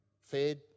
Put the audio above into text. fed